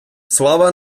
слава